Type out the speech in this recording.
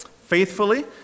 faithfully